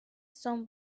son